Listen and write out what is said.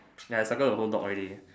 ya I circle the whole dog already